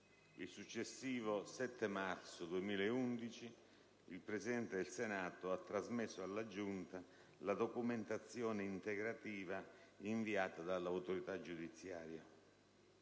Il successivo 7 marzo 2011 il Presidente del Senato ha trasmesso alla Giunta la documentazione integrativa inviata dall'autorità giudiziaria.